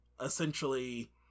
Essentially